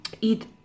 eat